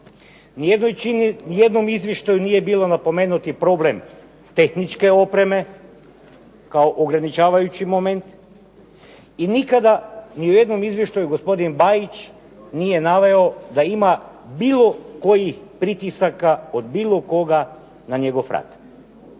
nijednom izvještaju nije bio napomenut problem tehničke opreme kao ograničavajući moment i nikada ni u jednom izvještaju gospodin Bajić nije naveo da ima bilo kojih pritisaka od bilo koga na njegov rad.